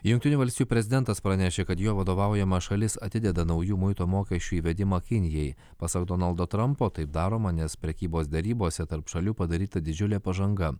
jungtinių valstijų prezidentas pranešė kad jo vadovaujama šalis atideda naujų muito mokesčių įvedimą kinijai pasak donaldo trampo taip daroma nes prekybos derybose tarp šalių padaryta didžiulė pažanga